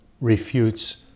refutes